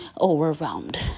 overwhelmed